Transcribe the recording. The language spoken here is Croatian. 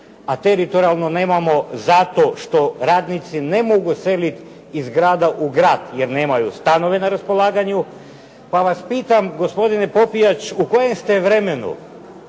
A teritorijalno nemamo zato što radnici ne mogu seliti iz grada u grad, jer nemaju stanove na raspolaganju. Pa vas pitam gospodine Popijač, u kojem ste vremenu,